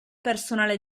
personale